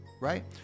right